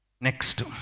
Next